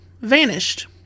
vanished